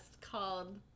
called